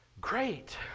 Great